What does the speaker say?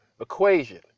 equation